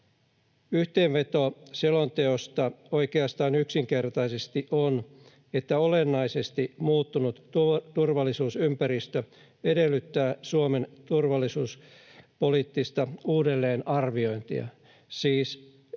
Yhteenveto selonteosta oikeastaan yksinkertaisesti on, että olennaisesti muuttunut turvallisuusympäristö edellyttää Suomen turvallisuuspoliittista uudelleenarviointia — siis se